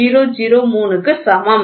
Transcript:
003 க்கு சமம்